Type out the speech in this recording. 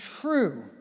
true